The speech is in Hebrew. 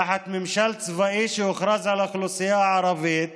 תחת ממשל צבאי, שהוכרז על האוכלוסייה הערבית